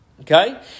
Okay